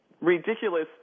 ridiculous